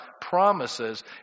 promises